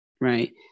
right